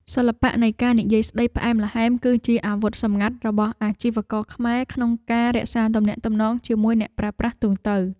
សិល្បៈនៃការនិយាយស្ដីផ្អែមល្ហែម គឺជាអាវុធសម្ងាត់របស់អាជីវករខ្មែរក្នុងការរក្សាទំនាក់ទំនងជាមួយអ្នកប្រើប្រាស់ទូទៅ។